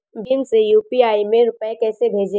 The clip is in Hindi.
भीम से यू.पी.आई में रूपए कैसे भेजें?